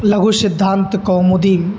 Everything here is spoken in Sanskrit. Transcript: लघुसिद्धान्तकौमुदी